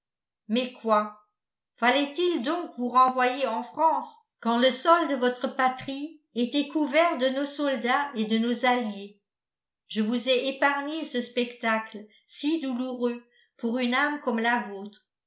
mais quoi fallait-il donc vous renvoyer en france quand le sol de votre patrie était couvert de nos soldats et de nos alliés je vous ai épargné ce spectacle si douloureux pour une âme comme la vôtre